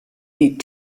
die